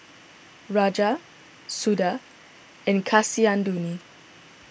Raja Suda and Kasinadhuni